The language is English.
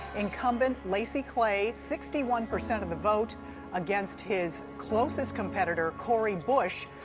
incumbent lacy clay, sixty one percent of the vote against his closest competitor, cori bush,